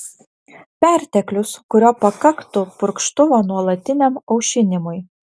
perteklius kurio pakaktų purkštuvo nuolatiniam aušinimui